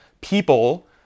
people